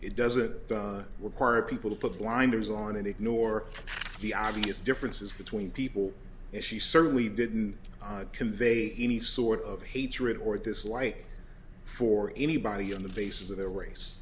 it doesn't require people to put blinders on and ignore the obvious differences between people and she certainly didn't convey any sort of hatred or dislike for anybody on the basis of their race